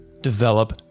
develop